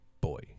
Boy